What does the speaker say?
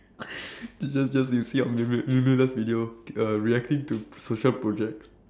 you just just you see our video uh reacting to social projects